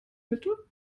mitte